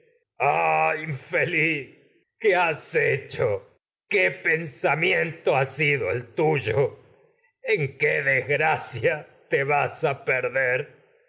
infeliz qué has hecho qué el samiento sido tuyo en ruego qué desgracia te vas a perder